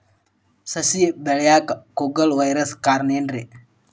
ಸಸಿ ಬೆಳೆಯಾಕ ಕುಗ್ಗಳ ವೈರಸ್ ಕಾರಣ ಏನ್ರಿ?